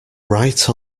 right